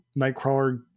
nightcrawler